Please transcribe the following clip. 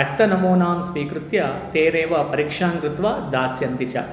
रक्तनमूनान् स्वीकृत्य ते एव परिक्षां कृत्वा दास्यन्ति च